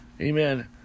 Amen